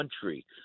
country